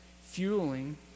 fueling